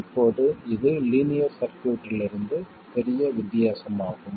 இப்போது இது லீனியர் சர்க்யூட்களிலிருந்து பெரிய வித்தியாசம் ஆகும்